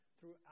throughout